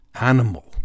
animal